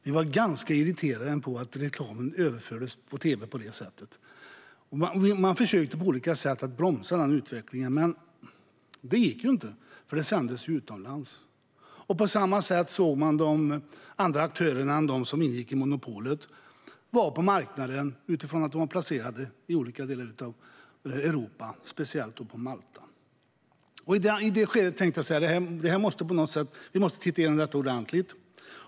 Vi var ganska irriterade över att reklamen överfördes till tv på det sättet. Man försökte på olika sätt bromsa den utvecklingen, men det gick ju inte eftersom det sändes från utlandet. På samma sätt såg man att andra aktörer än de som ingick i monopolet var på marknaden utifrån att de var placerade i olika delar av Europa, särskilt på Malta. I det skedet tänkte jag så här: Vi måste titta igenom det här ordentligt.